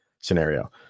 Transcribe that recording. scenario